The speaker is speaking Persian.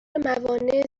موانع